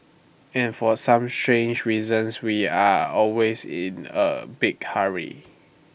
and for some strange reasons we are always in A big hurry